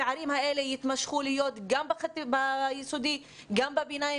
הפערים האלה ימשיכו להיות גם ביסודי וגם בחטיבת הביניים